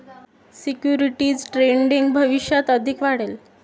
securities trading भविष्यात अधिक वाढेल